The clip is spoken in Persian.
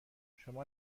شما